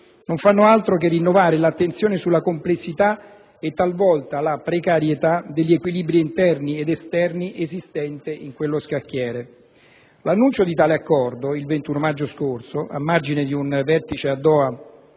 non fanno altro che rinnovare l'attenzione sulla complessità e, talvolta, la precarietà degli equilibri interni ed esterni esistenti in quello scacchiere. L'annuncio di tale accordo il 21 maggio scorso, a margine di un vertice a Doha